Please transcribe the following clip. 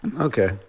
Okay